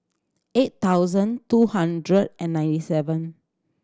eight thousand two hundred and ninety seven